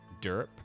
Derp